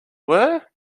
were